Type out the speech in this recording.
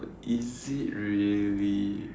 is it really